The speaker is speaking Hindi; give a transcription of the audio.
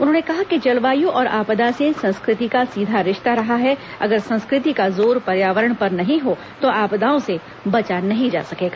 उन्होंने कहा कि जलवायु और आपदा से संस्कृति का सीधा रिश्ता रहा है अगर संस्कृति का जोर पर्यावरण पर नहीं हो तो आपदाओं से बचा नहीं जा सकेगा